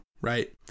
right